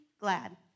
glad